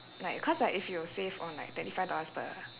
like cause like if you save on like thirty five dollars per